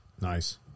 Nice